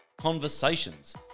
Conversations